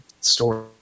story